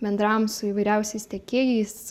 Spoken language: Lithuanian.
bendravom su įvairiausiais tiekėjais